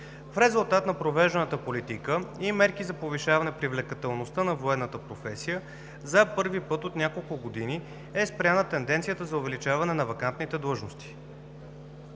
В резултат на провежданата политика и мерки за повишаване привлекателността на военната професия за първи път от няколко години е спряна тенденцията за увеличаване на вакантните длъжности.